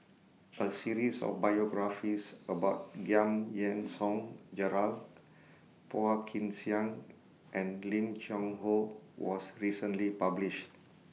A series of biographies about Giam Yean Song Gerald Phua Kin Siang and Lim Cheng Hoe was recently published